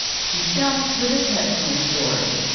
she starts with a personal story.